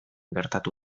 gertatu